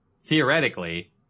theoretically